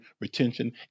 retention